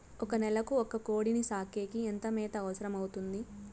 ఒక నెలకు ఒక కోడిని సాకేకి ఎంత మేత అవసరమవుతుంది?